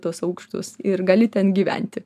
tuos aukštus ir gali ten gyventi